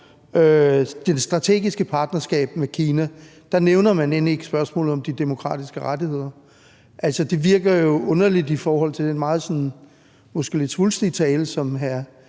det strategiske partnerskab med Kina end ikke spørgsmålet om de demokratiske rettigheder. Altså, det virker jo underligt i forhold til den sådan måske lidt svulstige tale, som hr.